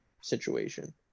situation